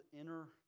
inner